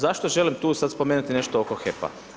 Zašto želim tu sada spomenuti nešto oko HEP-a?